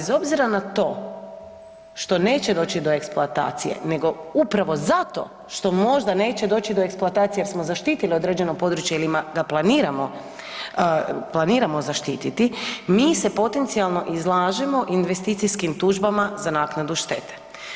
Bez obzira na to što neće doći do eksploatacije nego upravo zato što možda neće doći do eksploatacije jer smo zaštitili određeno područje ili ga planiramo, planiramo zaštiti mi se potencijalno izlažemo investicijskim tužbama za naknadu štete.